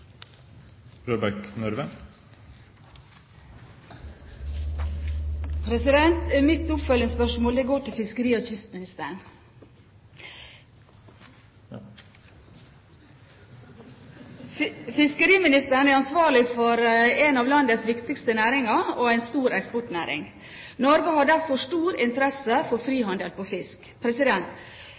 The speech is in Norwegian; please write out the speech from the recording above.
kystministeren. Fiskeriministeren er ansvarlig for en av landets viktigste næringer – og en stor eksportnæring. Norge har derfor stor interesse av frihandel på fisk.